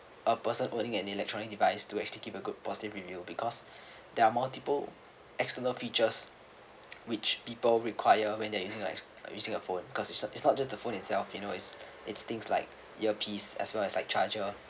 a person owning an electronic device to actually give a good positive review because there are multiple external features which people require when they're using like using a phone because it's it's not just the phone itself you knows it it's things like ear piece as well as like charger